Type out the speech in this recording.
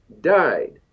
died